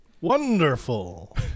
Wonderful